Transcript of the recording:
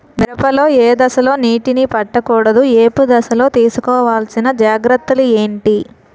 మిరప లో ఏ దశలో నీటినీ పట్టకూడదు? ఏపు దశలో తీసుకోవాల్సిన జాగ్రత్తలు ఏంటి?